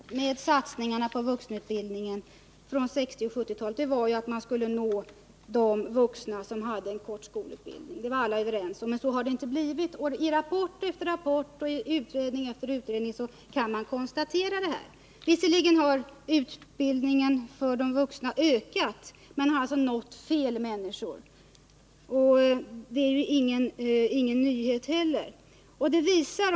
Herr talman! Syftet med satsningarna på vuxenutbildningen på 1960 och 1970-talen var ju att man skulle nå de vuxna som hade en kort skolutbildning. Det var alla överens om. Men så har det inte blivit. I rapport efter rapport och i utredning efter utredning kan man konstatera detta. Utbildningen för de vuxna har visserligen ökat, men man har nått fel människor. Det är ju inte heller någon nyhet.